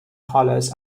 colours